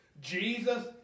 Jesus